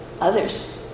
Others